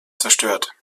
zerstört